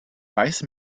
weiße